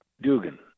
Dugan